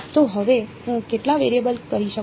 તો હવે હું કેટલા વેરિયેબલ કહી શકું